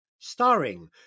Starring